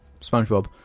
Spongebob